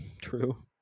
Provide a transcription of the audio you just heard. true